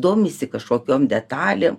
domisi kažkokiom detalė